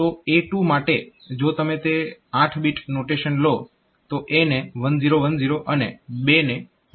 તો A2 માટે જો તમે તે 8 બીટ નોટેશન લો તો A ને 1010 અને 2 ને 0010 લઇ શકાય